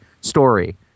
story